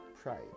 pride